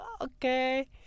okay